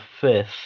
fifth